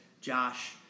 Josh